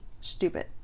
stupid